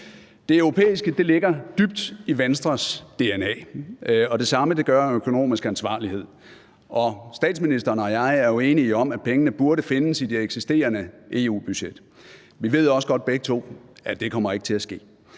Det europæiske ligger dybt i Venstres dna, og det samme gør økonomisk ansvarlighed. Og statsministeren og jeg er jo enige om, at pengene burde findes i det eksisterende EU-budget. Vi ved også godt begge to, at det ikke kommer til at ske.